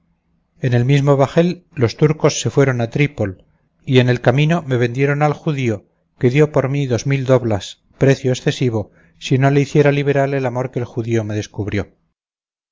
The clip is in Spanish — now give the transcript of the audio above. en el mismo bajel los turcos se fueron a trípol y en el camino me vendieron al judío que dio por mí dos mil doblas precio excesivo si no le hiciera liberal el amor que el judío me descubrió